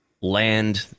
land